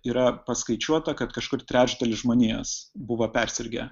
yra paskaičiuota kad kažkur trečdalis žmonijos buvo persirgę